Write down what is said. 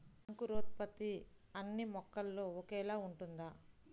అంకురోత్పత్తి అన్నీ మొక్కలో ఒకేలా ఉంటుందా?